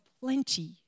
plenty